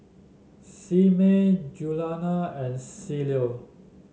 Simmie Juliana and Cielo